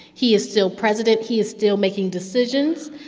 he is still president. he is still making decisions,